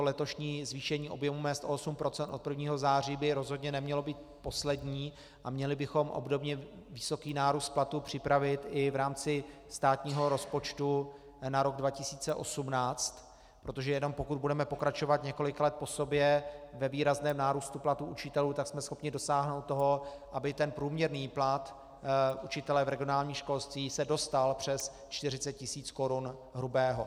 Letošní zvýšení objemu mezd o 8 % od 1. září by rozhodně nemělo být poslední a měli bychom obdobně vysoký nárůst platů připravit i v rámci státního rozpočtu na rok 2018, protože jenom pokud budeme pokračovat několik let po sobě ve výrazném nárůstu platů učitelů, tak jsme schopni dosáhnout toho, aby se průměrný plat učitele v regionálním školství dostal přes 40 tisíc korun hrubého.